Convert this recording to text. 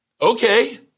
okay